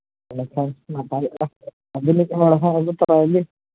ᱮᱱᱠᱷᱟᱱ ᱱᱟᱯᱟᱭᱚᱜᱼᱟ ᱟᱵᱤᱱ ᱞᱮᱠᱟᱱ ᱦᱚᱲᱦᱚᱸ ᱟᱹᱜᱩᱛᱚᱨᱟᱭᱮᱵᱮᱱ